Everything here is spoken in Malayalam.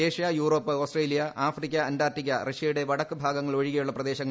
Asia Europe Australia Africa Antarctica റഷ്യയുടെ വടക്കുഭാഗങ്ങൾ ഒഴികെയുള്ള പ്രദേശങ്ങൾ